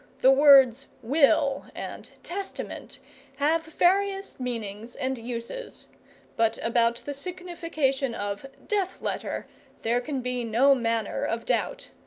the words will and testament have various meanings and uses but about the signification of death-letter there can be no manner of doubt.